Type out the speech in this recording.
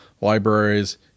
libraries